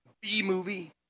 B-movie